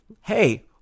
hey